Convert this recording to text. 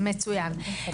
אוקי, מצוין.